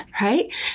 right